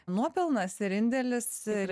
nuopelnas ir indėlis ir